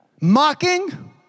Mocking